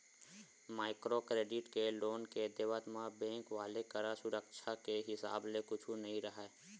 micro credit के loan के देवत म बेंक वाले करा सुरक्छा के हिसाब ले कुछु नइ राहय